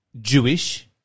Jewish